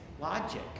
logic